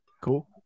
Cool